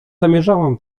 zamierzałam